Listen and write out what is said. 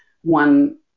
one